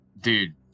Dude